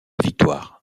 victoire